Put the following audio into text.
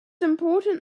important